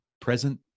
present